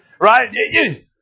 Right